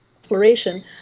exploration